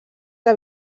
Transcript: que